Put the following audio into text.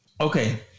Okay